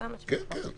זאת המשמעות.